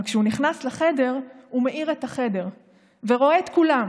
אבל כשהוא נכנס לחדר הוא מאיר את החדר ורואה את כולם,